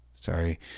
Sorry